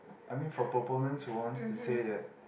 I mean for proponents who wants to say that